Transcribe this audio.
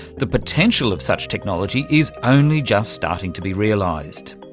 the potential of such technology is only just starting to be realised.